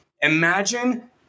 Imagine